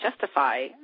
justify